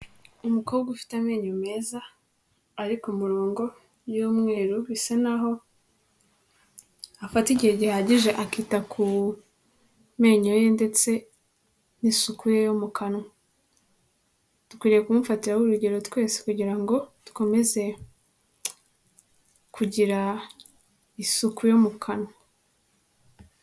Umukobwa ufite amenyo meza ari ku murongo y'umweru bisa naho afata igihe gihagije akita ku menyo ye ndetse n'isuku ye yo mu kanwa dukwiye kumufatiraho urugero twese kugira ngo dukomeze kugira isuku yo mu kanwa.